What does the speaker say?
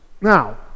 now